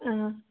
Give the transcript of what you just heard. ꯑꯥ